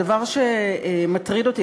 הדבר שמטריד אותי,